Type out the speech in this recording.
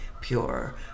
pure